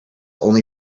only